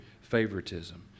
favoritism